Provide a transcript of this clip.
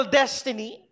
destiny